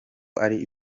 ari